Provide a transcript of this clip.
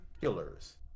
killers